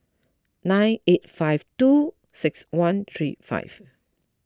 nine eight five two six one three five